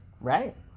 Right